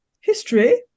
history